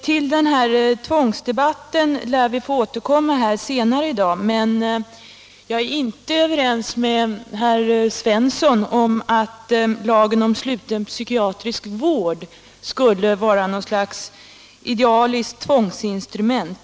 Till den här tvångsdebatten lär vi få återkomma senare i dag, men jag vill redan nu säga att jag inte är överens med herr Svensson i Kungälv om att lagen om sluten psykiatrisk vård i vissa fall är något idealiskt tvångsinstrument.